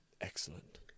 excellent